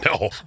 No